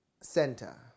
center